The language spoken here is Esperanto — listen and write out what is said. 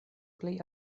plej